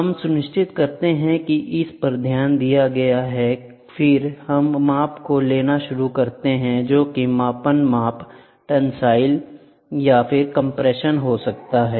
हम सुनिश्चित करते हैं कि इस पर ध्यान दिया गया है और फिर हम माप को लेना शुरू करते हैं जो कि मापन माप टेंसिल है और कम्प्रेशन है